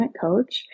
coach